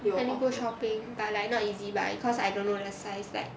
ya I need to go shopping but like not ezbuy cause I don't know the size like